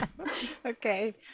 Okay